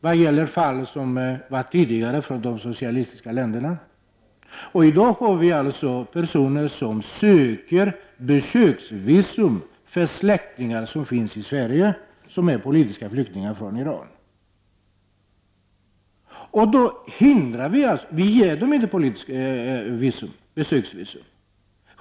Det gäller bl.a. fall från de tidigare socialistiska länderna. I dag finns det personer som söker visum för att besöka släktingar i Sverige som är politiska flyktingar från Iran. Men dessa personer får inte besöksvisum.